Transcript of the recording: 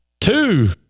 Two